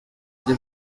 ari